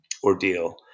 ordeal